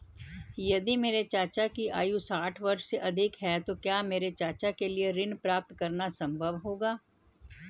यदि मेरे चाचा की आयु साठ वर्ष से अधिक है तो क्या मेरे चाचा के लिए ऋण प्राप्त करना संभव होगा?